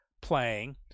playing